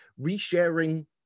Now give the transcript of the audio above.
resharing